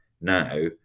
now